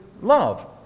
love